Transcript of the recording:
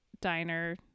diner